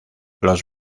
los